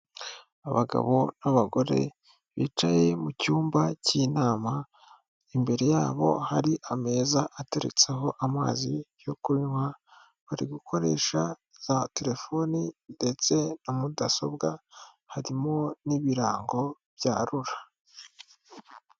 Abagabo n'abagore bicaye mu cyumba cy'inama, imbere yabo hari ameza ateretseho amazi yo kunywa, bari gukoresha za telefoni ndetse na mudasobwa, harimo n'ibirango bya RURA.